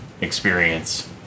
experience